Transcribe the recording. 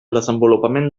desenvolupament